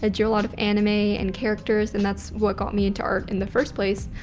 ah drew a lot of anime and characters and that's what got me into art in the first place.